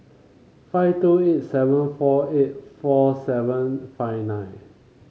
five two eight seven four eight four seven five nine